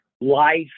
life